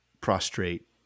prostrate